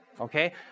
okay